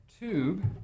tube